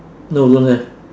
no don't have